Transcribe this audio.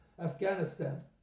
afghanistan